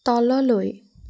তললৈ